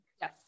Yes